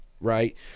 right